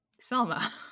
Selma